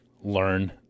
learn